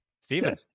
Stephen